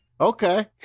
Okay